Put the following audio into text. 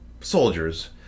soldiers